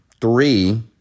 Three